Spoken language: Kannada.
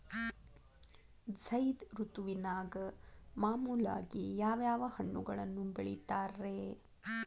ಝೈದ್ ಋತುವಿನಾಗ ಮಾಮೂಲಾಗಿ ಯಾವ್ಯಾವ ಹಣ್ಣುಗಳನ್ನ ಬೆಳಿತಾರ ರೇ?